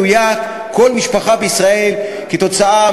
מדוע הצו הזה לא יהיה חוק קבוע?